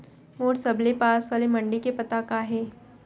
मोर सबले पास वाले मण्डी के पता का हे?